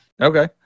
okay